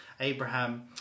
abraham